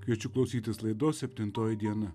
kviečiu klausytis laidos septintoji diena